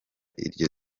iryo